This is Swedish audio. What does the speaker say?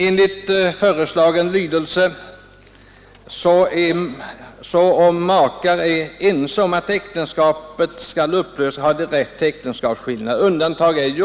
Enligt föreslagen lydelse har makar rätt till omedelbar äktenskapsskillnad då de är överens om att äktenskapet skall upplösas.